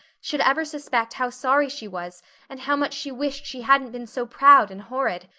should ever suspect how sorry she was and how much she wished she hadn't been so proud and horrid!